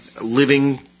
living